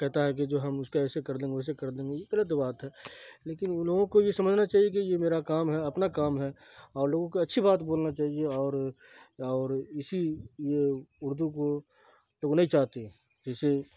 کہتا ہے کہ جو ہم اس کے ایسے کر دیں گے ویسے کر دیں گے یہ غلط بات ہے لیکن ان لوگوں کو یہ سمجھنا چاہیے کہ یہ میرا کام ہے اپنا کام ہے اور لوگوں کو اچھی بات بولنا چاہیے اور اور اسی یہ اردو کو لوگ نہیں چاہتے ہیں جسے